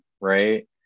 right